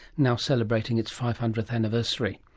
now celebrating its five hundredth anniversary.